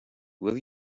will